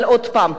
אבל עוד פעם,